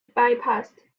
bypassed